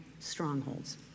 strongholds